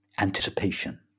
anticipation